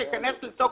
שאין לזה שום